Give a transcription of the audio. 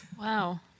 Wow